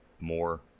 more